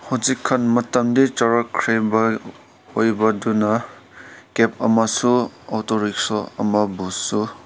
ꯍꯧꯖꯤꯛꯀꯥꯟ ꯃꯇꯝꯗꯤ ꯆꯥꯎꯔꯛꯈ꯭ꯔꯤꯕ ꯑꯣꯏꯕꯗꯨꯅ ꯀꯦꯞ ꯑꯃꯁꯨ ꯑꯣꯇꯣ ꯔꯤꯛꯁꯣ ꯑꯃꯕꯨꯁꯨ